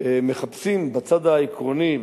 מחפשים בצד העקרוני,